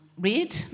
read